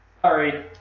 Sorry